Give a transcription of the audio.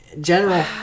general